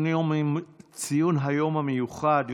ציון היום המיוחד,